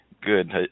Good